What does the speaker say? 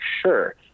sure